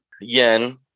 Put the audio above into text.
Yen